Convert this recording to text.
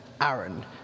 Aaron